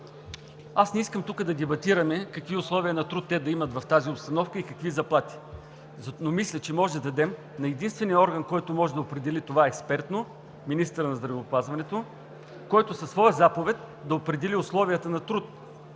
Аз не искам тук да дебатираме какви условия на труд те да имат в тази обстановка и какви заплати. Мисля, че можем да дадем на единствения орган, който може да определи това, експертно, министърът на здравеопазването, който със своя заповед да определи условията на труд: